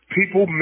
People